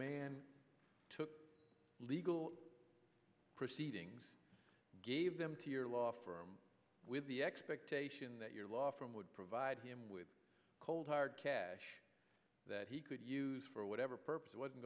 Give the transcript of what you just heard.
man took legal proceedings gave them to your law firm with the expectation that your law firm would provide him with cold hard cash that he could use for whatever purpose was